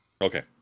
Okay